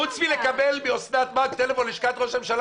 חוץ מלקבל מאוסנת מארק טלפון מלשכת ראש הממשלה